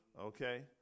Okay